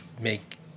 make